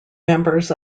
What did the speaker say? members